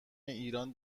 ایران